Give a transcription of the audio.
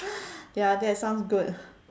ya that sounds good